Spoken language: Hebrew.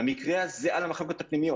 ובמקרה הזה על המחלקות הפנימיות.